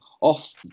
off